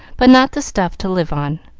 but not the stuff to live on.